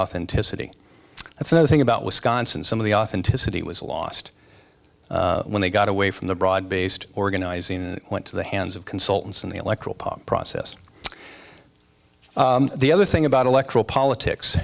authenticity that's another thing about wisconsin some of the authenticity was lost when they got away from the broad based organizing and went to the hands of consultants in the electoral process the other thing about electoral politics